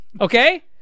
Okay